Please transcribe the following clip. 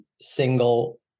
single